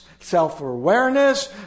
self-awareness